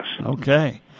Okay